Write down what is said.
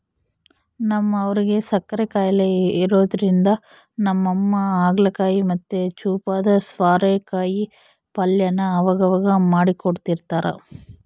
ನಮ್ ಅವ್ವುಗ್ ಸಕ್ಕರೆ ಖಾಯಿಲೆ ಇರೋದ್ರಿಂದ ನಮ್ಮಮ್ಮ ಹಾಗಲಕಾಯಿ ಮತ್ತೆ ಚೂಪಾದ ಸ್ವಾರೆಕಾಯಿ ಪಲ್ಯನ ಅವಗವಾಗ ಮಾಡ್ಕೊಡ್ತಿರ್ತಾರ